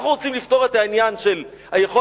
אנחנו רוצים לפתור את העניין של היכולת